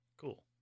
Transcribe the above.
Cool